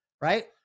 right